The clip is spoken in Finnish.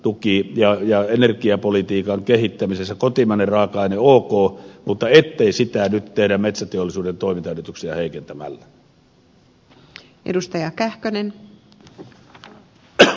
energiatuki ja energiapolitiikan kehittämisessä kotimainen raaka aine on ok mutta toivon ettei sitä nyt tehdä metsäteollisuuden toimintaedellytyksiä heikentämällä